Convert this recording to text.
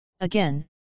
Again